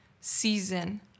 season